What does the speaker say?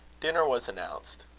dinner was announced.